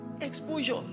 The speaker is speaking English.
exposure